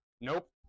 Nope